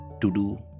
to-do